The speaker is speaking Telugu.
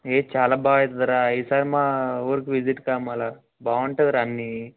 ఏయ్ చాలా బాగా అవుతుంది రా ఈసారి మా ఊరికి విజిట్గా మళ్ళ బాగుంటుంది రా అన్నీ